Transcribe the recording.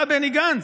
אתה, בני גנץ,